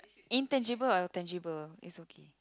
intangible or tangible it's okay